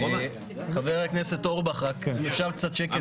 חבר הכנסת אורבך, רק אם אפשר, קצת השקט.